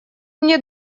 мне